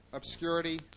Obscurity